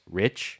rich